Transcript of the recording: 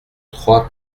trois